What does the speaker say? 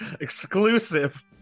Exclusive